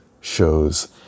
shows